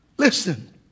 Listen